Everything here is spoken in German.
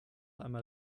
einmal